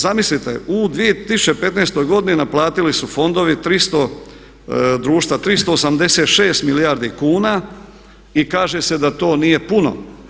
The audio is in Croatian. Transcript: Zamislite u 2015. godini naplatili su fondovi 300, društva 386 milijardi kuna i kaže se da to nije puno.